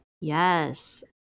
Yes